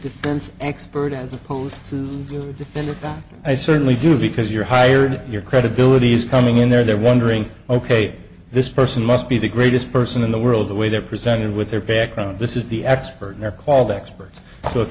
defense expert as opposed to the defendant i certainly do because you're hired your credibility is coming in there they're wondering ok this person must be the greatest person in the world the way they're presented with their background this is the expert they're called experts so if